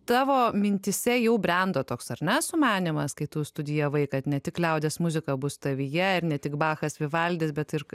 tavo mintyse jau brendo toks ar ne sumanymas kai tu studijavai kad ne tik liaudies muzika bus tavyje ir ne tik bachas vivaldis bet ir